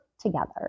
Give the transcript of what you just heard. together